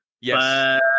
Yes